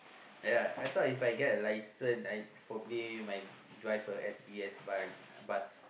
uh ya I thought If I get a license I probably might drive a S_B_S uh bus